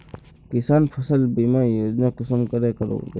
किसान फसल बीमा योजना कुंसम करे करबे?